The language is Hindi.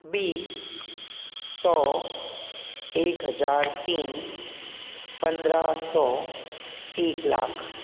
बीस सौ एक हजार तीन पंद्रह सौ एक लाख